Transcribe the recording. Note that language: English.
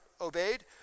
obeyed